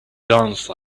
dance